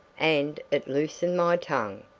and it loosened my tongue.